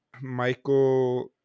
michael